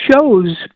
shows